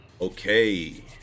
Okay